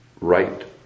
right